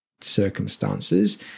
circumstances